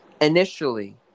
initially